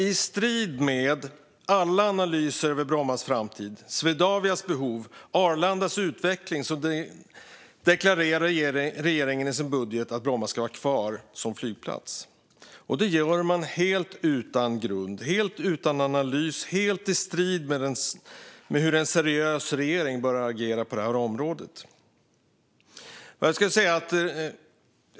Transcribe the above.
I strid med alla analyser över Brommas framtid, Swedavias behov och Arlandas utveckling deklarerar regeringen i sin budget att Bromma ska vara kvar som flygplats. Det gör man helt utan grund och analys och helt i strid med hur en seriös regering bör agera på området.